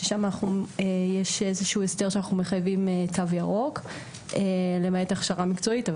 ששם יש איזשהו הסדר שאנחנו חייבים תו ירוק למעט הכשרה מקצועית.